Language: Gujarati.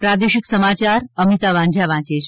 પ્રાદેશિક સમાચાર અમિતા વાંઝા વાંચે છે